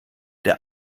der